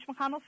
McConnell